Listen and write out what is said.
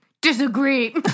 Disagree